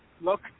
Look